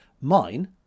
Mine